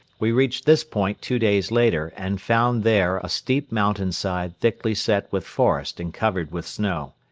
we reached this point two days later and found there a steep mountain side thickly set with forest and covered with snow.